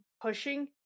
pushing